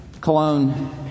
Cologne